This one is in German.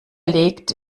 legt